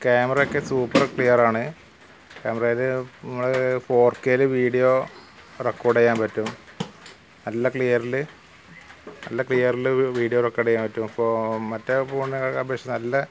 ക്യാമറയൊക്കെ super ക്ലിയറാണ് ക്യാമറയില് നമ്മള് ഫോര് കേ യിൽ വീഡിയോ റെക്കോര്ഡ് ചെയ്യാന് പറ്റും നല്ല ക്ലിയറില് നല്ല ക്ലിയറില് വീഡിയോ റെക്കോര്ഡ് ചെയ്യാന് പറ്റും അപ്പോൾ മറ്റേ ഫോണിനെ അപേക്ഷിച്ച് നല്ല